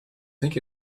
think